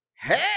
Hey